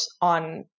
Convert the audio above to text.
on